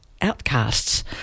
outcasts